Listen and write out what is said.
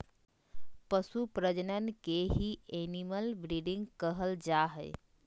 पशु प्रजनन के ही एनिमल ब्रीडिंग कहल जा हय